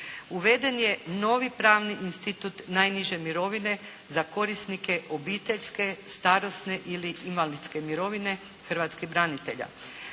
Uveden je novi pravni institut najniže mirovine za korisnike obiteljske, starosne ili invalidske mirovine hrvatskih branitelja.